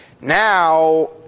Now